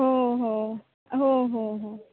हो हो हो हो हो